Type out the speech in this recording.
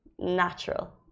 natural